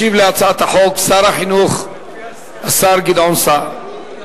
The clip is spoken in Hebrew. ישיב על הצעת החוק שר החינוך, השר גדעון סער.